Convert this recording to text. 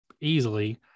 easily